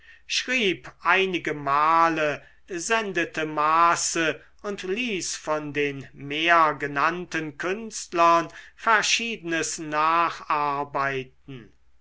schrieb einige male sendete maße und ließ von den mehr genannten künstlern verschiedenes nacharbeiten